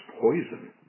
poison